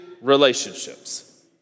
relationships